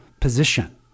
position